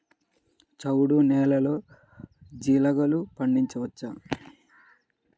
చవుడు నేలలో జీలగలు పండించవచ్చా?